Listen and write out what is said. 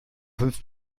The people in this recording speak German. fünf